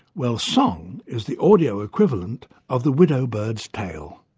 well, song is the audio equivalent of the widow bird's tail.